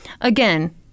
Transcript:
Again